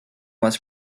was